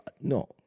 No